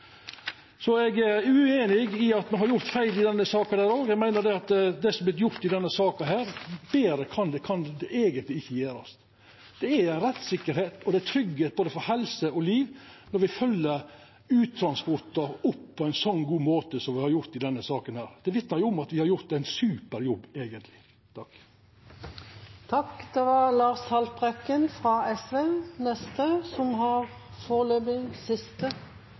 Så eg er ueinig i at me har gjort feil i denne saka. Eg meiner at det som har vore gjort i denne saka, eigentleg ikkje kan gjerast betre. Det er rettstryggleik og det er tryggleik for både helse og liv når me følgjer uttransportar opp på ein så god måte som me har gjort i denne saka. Det vitnar om at me har gjort ein super jobb, eigentleg. Jeg er ikke helt sikkert på om jeg tror det jeg hører. Når representanten Trellevik står på talerstolen og sier at norske myndigheter har